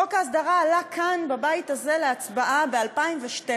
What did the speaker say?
חוק ההסדרה עלה כאן בבית הזה להצבעה ב-2012,